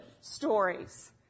stories